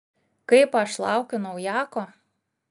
kaip aš laukiu naujako